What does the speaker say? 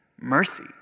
Mercy